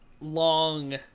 long